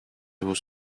was